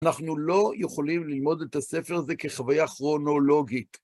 אנחנו לא יכולים ללמוד את הספר הזה כחוויה כרונולוגית.